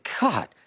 God